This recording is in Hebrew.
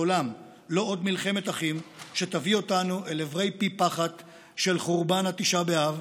לעולם לא עוד מלחמת אחים שתביא אותנו אל עברי פי פחת של חורבן תשעה באב,